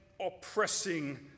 oppressing